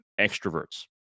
extroverts